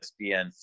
ESPN